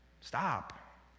Stop